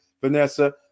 Vanessa